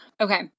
Okay